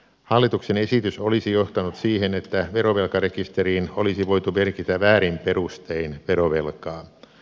hallituksen esitys olisi johtanut siihen että verovelkarekisteriin olisi voitu merkitä väärin perustein verovelkaa